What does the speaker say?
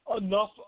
Enough